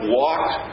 walked